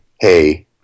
hey